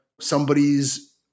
somebody's